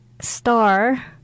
Star